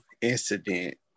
incident